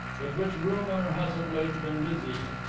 with which rumour has of late been busy,